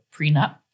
prenup